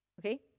okay